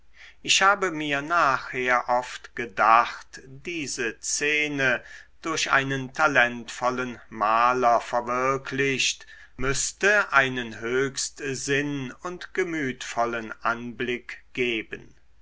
ich habe mir nachher oft gedacht diese szene durch einen talentvollen maler verwirklicht müßte einen höchst sinn und gemütvollen anblick geben